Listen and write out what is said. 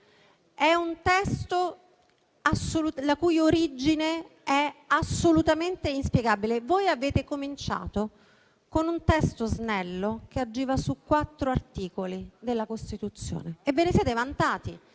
È un testo la cui origine è assolutamente inspiegabile. Avete cominciato con un testo snello, che agiva su quattro articoli della Costituzione. E ve ne siete vantati,